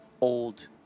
old